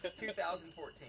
2014